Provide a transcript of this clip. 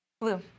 Blue